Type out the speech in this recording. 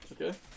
Okay